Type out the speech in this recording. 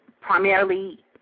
primarily